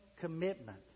commitment